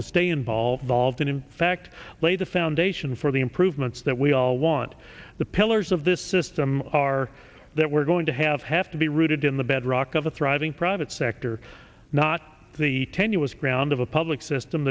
to stay involved volved and in fact lay the foundation for the improvements that we all want the pillars of this system are that we're going to have have to be rooted in the bedrock of a thriving private sector not the tenuous ground of a public system